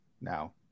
Now